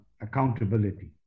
Accountability